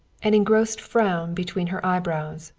an engrossed frown between her eyebrows.